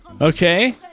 Okay